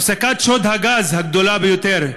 הפסקת שוד הגז הגדול ביותר,